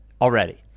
Already